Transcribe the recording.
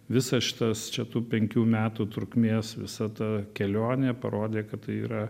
visas šitas čia tų penkių metų trukmės visa ta kelionė parodė kad tai yra